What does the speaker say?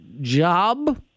job